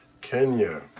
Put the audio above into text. kenya